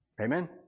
Amen